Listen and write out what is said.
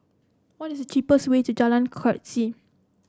what is the cheapest way to Jalan Keris